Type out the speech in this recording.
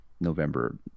november